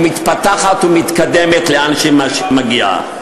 מתפתחת ומתקדמת לאן שהיא מגיעה.